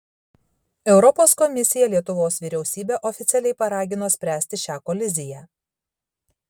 europos komisija lietuvos vyriausybę oficialiai paragino spręsti šią koliziją